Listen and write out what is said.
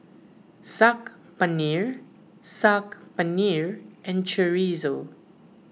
Saag Paneer Saag Paneer and Chorizo